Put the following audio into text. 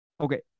okay